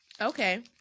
Okay